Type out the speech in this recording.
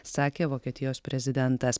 sakė vokietijos prezidentas